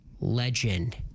Legend